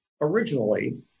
Originally